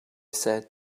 said